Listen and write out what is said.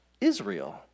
Israel